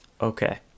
Okay